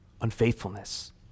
unfaithfulness